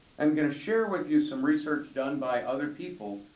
i'm going to share with you some research done by other people,